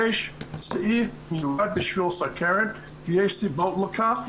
יש סעיף מיוחד בשביל סכרת ויש סיבות לכך,